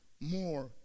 more